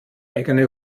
eigene